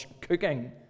cooking